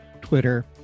Twitter